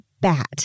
bat